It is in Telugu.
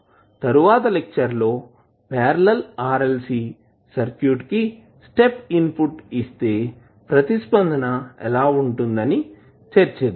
తర్వాత లెక్చర్ లో పార్లల్ RLC సర్క్యూట్ కి స్టెప్ ఇన్పుట్ ఇస్తే ప్రతిస్పందన ఎలా ఉంటుంది అని చర్చిద్దాం